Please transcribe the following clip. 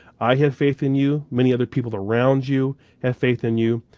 i have faith in you, many other people around you have faith in you,